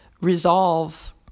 resolve